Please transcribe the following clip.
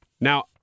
Now